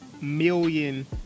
million